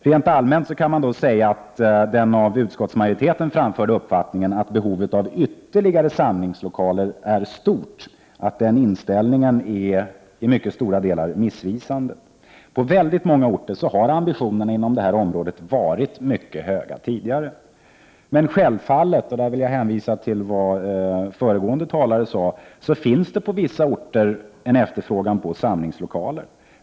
Rent allmänt kan man säga att den av utskottsmajoriteten framförda uppfattningen, att behovet av ytterligare samlingslokaler är stort, är i mycket stora delar missvisande. På många orter har ambitionerna inom detta område tidigare varit mycket höga. Självfallet finns det — och där vill jag hänvisa till vad föregående talare sade — på vissa orter en efterfrågan på samlingslokaler.